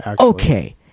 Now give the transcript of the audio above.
Okay